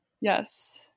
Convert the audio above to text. Yes